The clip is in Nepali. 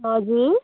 हजुर